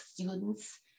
students